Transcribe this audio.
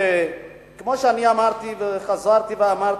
כמו שאני אמרתי וחזרתי ואמרתי,